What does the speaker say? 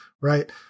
right